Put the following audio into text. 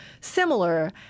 similar